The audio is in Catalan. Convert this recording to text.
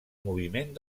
moviment